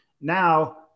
now